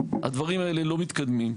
הדברים האלה לא מתקדמים.